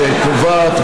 שקובעת,